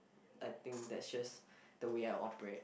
I think that's just the way I operate